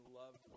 love